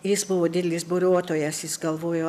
jis buvo didelis buriuotojas jis galvojo